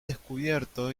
descubierto